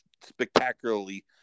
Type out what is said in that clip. spectacularly